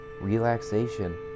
Relaxation